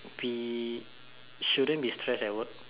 we shouldn't be stress at work